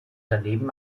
daneben